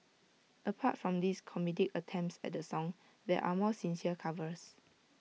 apart from these comedic attempts at the song there are more sincere covers